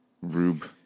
rube